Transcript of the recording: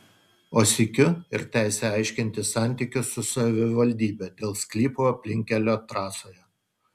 o sykiu ir teisę aiškintis santykius su savivaldybe dėl sklypų aplinkkelio trasoje